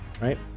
right